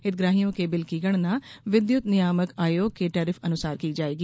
हितग्राहियों के बिल की गणना विद्युत नियामक आयोग के टैरिफ अनुसार की जायेगी